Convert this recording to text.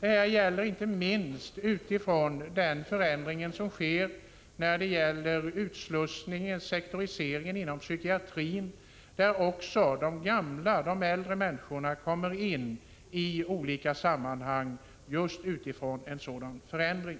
Detta gäller inte minst förändringen i samband med utslussningen och sektoriseringen inom psykiatrin, där också de äldre människorna kommer in i olika sammanhang just vid en sådan förändring.